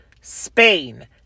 Spain